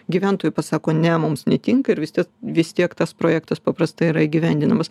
gyventojai pasako ne mums netinka ir vistie vis tiek tas projektas paprastai yra įgyvendinamas